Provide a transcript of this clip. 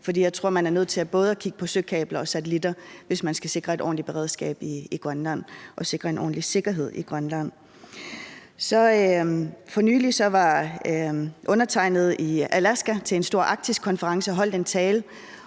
jeg tror, at man er nødt til både at kigge på søkabler og satellitter, hvis man skal sikre et ordentligt beredskab i Grønland og sikre en ordentlig sikkerhed i Grønland. For nylig var undertegnede i Alaska til en stor Arktis-konference og holdt en tale.